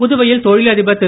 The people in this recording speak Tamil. புதுவையில் தொழிலதிபர் திரு